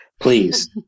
please